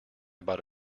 about